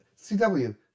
CW